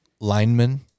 lineman